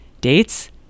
Dates